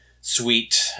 sweet